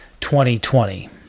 2020